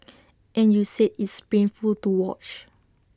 and you said it's painful to watch